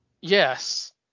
Yes